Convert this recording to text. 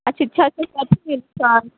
शिच्छा छै